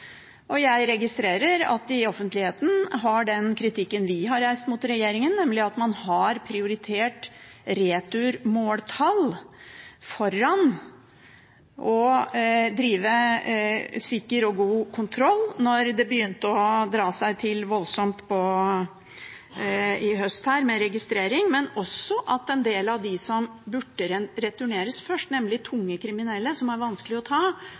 Den kritikken vi har reist mot regjeringen, har gått på at man har prioritert returmåltall foran å drive sikker og god kontroll da det begynte å dra seg voldsomt til i høst med registrering, men også at en del av de som burde returneres først, nemlig tunge kriminelle, som er vanskelige å ta,